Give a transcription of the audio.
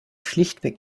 schlichtweg